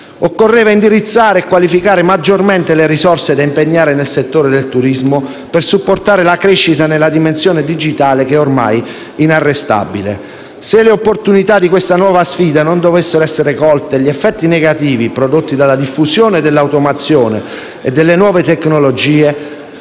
Occorreva indirizzare e qualificare maggiormente le risorse da impegnare nel settore del turismo per supportare la crescita della dimensione digitale, ormai inarrestabile. Se le opportunità di questa nuova sfida non dovessero essere colte, gli effetti negativi prodotti dalla diffusione dell'automazione e delle nuove tecnologie